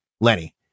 Lenny